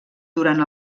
durant